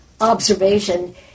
observation